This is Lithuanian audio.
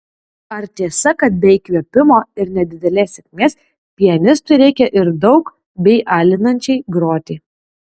ar tiesa kad be įkvėpimo ir nedidelės sėkmės pianistui reikia ir daug bei alinančiai groti